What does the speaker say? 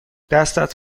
دستت